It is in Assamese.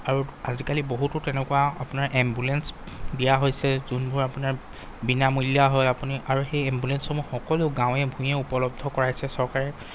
আৰু আজিকালি বহুতো তেনেকুৱা আপোনাৰ এম্বুলেঞ্চ দিয়া হৈছে যোনবোৰ আপোনাৰ বিনামূলীয়া হয় আপুনি আৰু সেই এম্বুলেঞ্চসমূহ সকলো গাঁৱে ভূঞে উপলব্ধ কৰাইছে চৰকাৰে